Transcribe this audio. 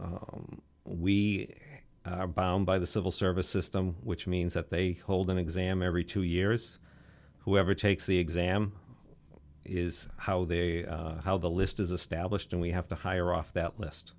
so we are bound by the civil service system which means that they hold an exam every two years whoever takes the exam is how they how the list is a stablished and we have to hire off that list